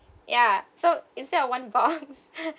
ya so instead of one box